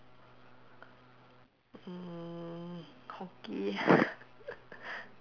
mm hockey